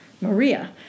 Maria